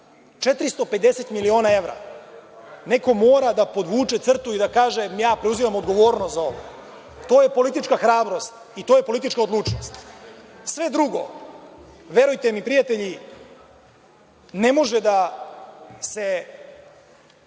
450 miliona evra. Neko mora da podvuče crtu i da kaže – ja preuzimam odgovornost za ovo. To je politička hrabrost i to je politička odlučnost. Sve drugo, verujte mi, prijatelji, ne može da se